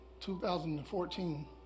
2014